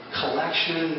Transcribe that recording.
collection